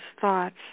thoughts